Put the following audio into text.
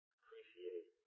Appreciate